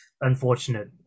unfortunate